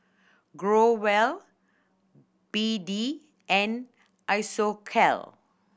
Growell B D and Isocal